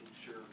sure